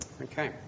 Okay